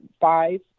five